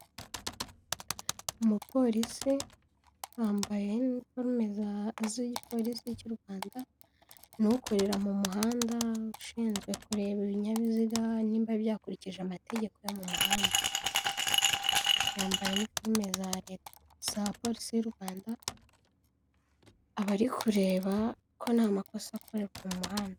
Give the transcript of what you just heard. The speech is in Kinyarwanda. Umupolisi wambaye iniforume z'igipolisi cy'u Rwanda, ni ukorera mu muhanda ushinzwe kureba ibinyabiziga niba byakurikije amategekeo yo mu muhanda. Yambaye iniforume za polisi y'u Rwanda, aba ari kureba ko nta makosa akorerwa mu muhanda.